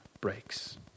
breaks